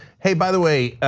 hey by the way,